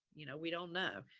you know, we don't know.